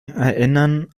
erinnern